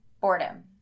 boredom